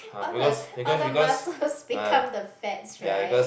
all the all the muscles become the fats right